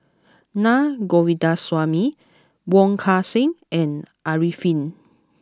Naa Govindasamy Wong Kan Seng and Arifin